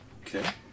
Okay